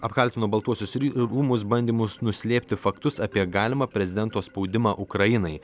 apkaltino baltuosius rūmus bandymu nuslėpti faktus apie galimą prezidento spaudimą ukrainai